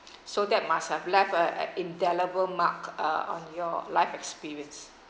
so that must have left an indelible mark uh on your life experience